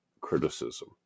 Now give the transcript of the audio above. criticism